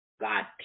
God